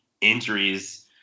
injuries